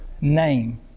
name